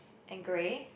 and grey